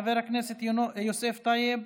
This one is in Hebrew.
חבר הכנסת יוסף טייב,